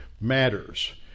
matters